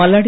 Malladi